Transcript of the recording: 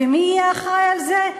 ומי יהיה אחראי לזה?